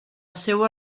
seua